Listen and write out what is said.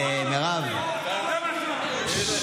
עם העניבות שלכם,